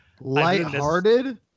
Lighthearted